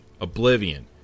Oblivion